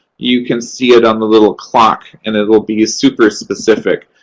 you can see it on the little clock, and it will be super specific.